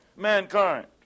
mankind